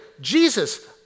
Jesus